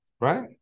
Right